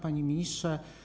Panie Ministrze!